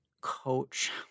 coach